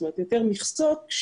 יותר מכסות,